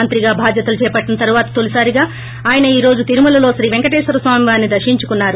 మంత్రిగా బాధ్వతలు చేపట్టిన తరువాత తొలిసారిగా ఆయన ఈ రోజు తిరుమలలో శ్రీ పేంకటేశ్వర ేస్వామి వారిని దర్పించుకున్నారు